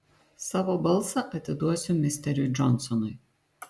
savo balsą atiduosiu misteriui džonsonui